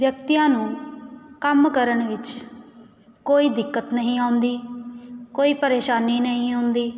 ਵਿਅਕਤੀਆਂ ਨੂੰ ਕੰਮ ਕਰਨ ਵਿੱਚ ਕੋਈ ਦਿੱਕਤ ਨਹੀਂ ਆਉਂਦੀ ਕੋਈ ਪਰੇਸ਼ਾਨੀ ਨਹੀਂ ਹੁੰਦੀ